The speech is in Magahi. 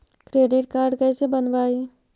क्रेडिट कार्ड कैसे बनवाई?